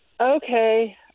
Okay